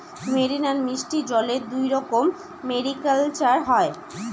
marine আর মিষ্টি জলে দুইরকম মেরিকালচার হয়